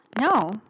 no